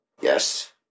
Yes